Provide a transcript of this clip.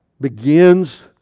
Begins